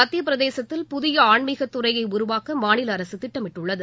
மத்தியப் பிரதேசத்தில் புதிய ஆன்மீகத் துறையை உருவாக்க மாநில அரசு திட்டமிட்டுள்ளது